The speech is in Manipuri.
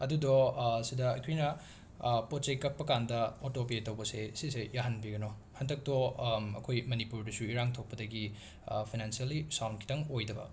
ꯑꯗꯨꯗꯣ ꯁꯤꯗ ꯑꯩꯈꯣꯏꯅ ꯄꯣꯠ ꯆꯩ ꯀꯛꯄ ꯀꯥꯟꯗ ꯑꯣꯇꯣ ꯄꯦ ꯇꯧꯕꯁꯦ ꯁꯤꯁꯦ ꯌꯥꯍꯟꯕꯤꯒꯅꯣ ꯍꯟꯗꯛꯇꯣ ꯑꯩꯈꯣꯏ ꯃꯅꯤꯄꯨꯔꯗꯁꯨ ꯏꯔꯥꯡ ꯊꯣꯛꯄꯗꯒꯤ ꯐꯥꯏꯅꯥꯟꯁꯤꯌꯦꯜꯂꯤ ꯁꯥꯎꯟ ꯈꯤꯇꯪ ꯑꯣꯏꯗꯕ